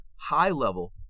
high-level